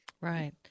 right